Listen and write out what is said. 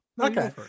Okay